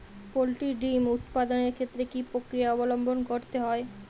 Poultry ডিম উৎপাদনের ক্ষেত্রে কি পক্রিয়া অবলম্বন করতে হয়?